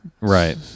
Right